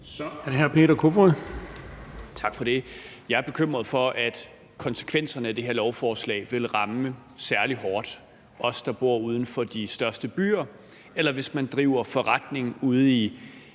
Kl. 13:31 Peter Kofod (DF): Tak for det. Jeg er bekymret for, at konsekvenserne af det her lovforslag vil ramme os særlig hårdt, altså os, der bor uden for de største byer, eller dem, der driver forretning ude i